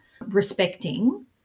respecting